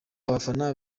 abafana